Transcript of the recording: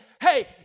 hey